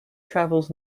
travels